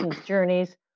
journeys